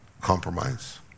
compromise